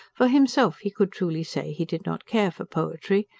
for himself he could truly say he did not care for poetry.